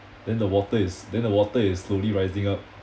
then the water is then the water is slowly rising up